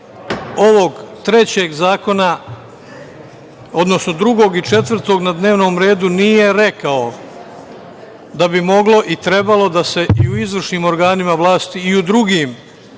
ovog trećeg zakona, odnosno drugog i četvrtog na dnevnom redu nije rekao da bi moglo i trebalo reći da i u izvršnim organima vlasti, u drugim